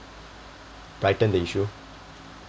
brighten the issue